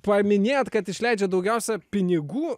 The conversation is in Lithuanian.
paminėjot kad išleidžiat daugiausia pinigų